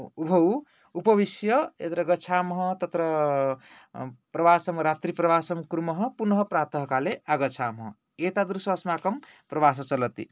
उभौ उपविश्य यत्र गच्छामः तत्र प्रवासं रात्रिप्रवासं कुर्मः पुनः प्रातःकाले आगच्छामः एतादृशः अस्माकं प्रवासः चलति